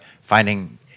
finding